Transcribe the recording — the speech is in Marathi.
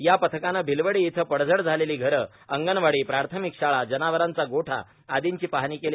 या पथकानं भिलवडी इथं पडझड झालेली घरंए अंगणवाडीए प्राथमिक शाळार जनावरांचा गोठा आदिंची पाहणी केली